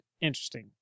interesting